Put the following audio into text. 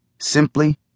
simply